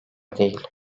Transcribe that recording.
değil